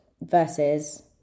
versus